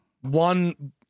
One